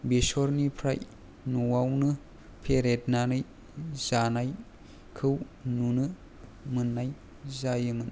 बेसरनिफ्राय न'आवनो फेरेबनानै जानायखौ नुनो मोननाय जायोमोन